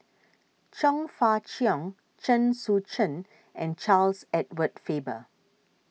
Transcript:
Chong Fah Cheong Chen Sucheng and Charles Edward Faber